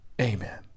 Amen